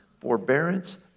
forbearance